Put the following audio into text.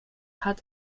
hat